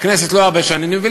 לא הרבה שנים בכנסת.